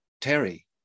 Terry